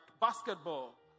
basketball